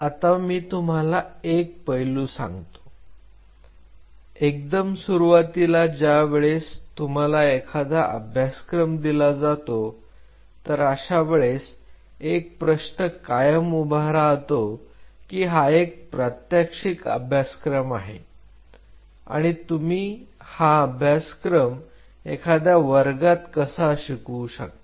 आता मी तुम्हाला एक पैलू सांगतो एकदम सुरुवातीला ज्या वेळेस तुम्हाला एखादा अभ्यासक्रम दिला जातो तर अशा वेळेस एक प्रश्न कायम उभा राहतो की हा एक प्रात्यक्षिक अभ्यासक्रम आहे आणि तुम्ही हा अभ्यासक्रम एखाद्या वर्गात कसा शिकवू शकता